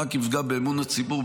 רק יפגע באמון הציבור,